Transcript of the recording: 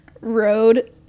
Road